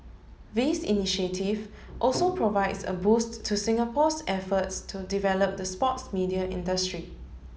this initiative also provides a boost to Singapore's efforts to develop the sports media industry